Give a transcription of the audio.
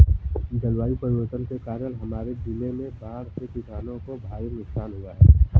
जलवायु परिवर्तन के कारण हमारे जिले में बाढ़ से किसानों को भारी नुकसान हुआ है